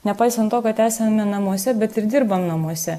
nepaisant to kad esame namuose bet ir dirbam namuose